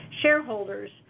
shareholders